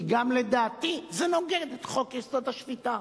כי לדעתי זה נוגד את חוק-יסוד: השפיטה,